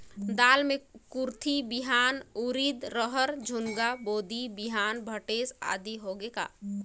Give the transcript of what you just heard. दाल मे कुरथी बिहान, उरीद, रहर, झुनगा, बोदी बिहान भटेस आदि होगे का?